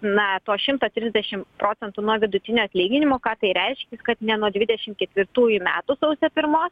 na to šimto trisdešimt procentų nuo vidutinio atlyginimo ką tai reiškia kad ne nuo dvidešimt ketvirtųjų metų sausio pirmos